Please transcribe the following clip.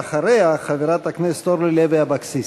אחריה, חברת הכנסת אורלי לוי אבקסיס.